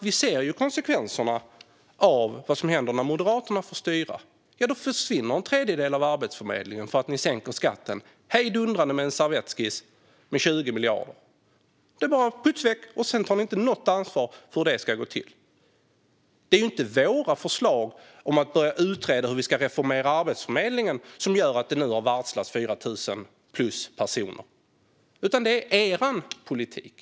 Vi ser ju konsekvenserna när Moderaterna får styra. Då försvinner en tredjedel av Arbetsförmedlingen för att ni gör hejdundrande skattesänkningar på 20 miljarder med en servettskiss. Det är bara puts väck, och sedan tar ni inte något ansvar för hur det ska gå till. Det är inte våra förslag om att börja utreda hur vi ska reformera Arbetsförmedlingen som gör att 4 000 plus personer nu har varslats, utan det är er politik.